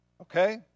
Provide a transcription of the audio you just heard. Okay